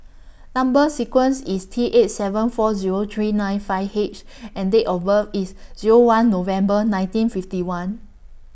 Number sequence IS T eight seven four Zero three nine five H and Date of birth IS Zero one November nineteen fifty one